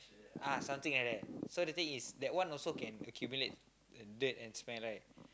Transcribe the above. ah something like that so the thing is that one also can accumulate dirt and smell right